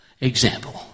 example